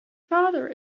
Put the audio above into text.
father